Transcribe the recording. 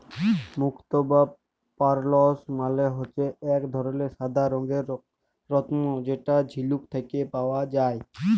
মুক্ত বা পার্লস মালে হচ্যে এক ধরলের সাদা রঙের রত্ন যেটা ঝিলুক থেক্যে পাওয়া যায়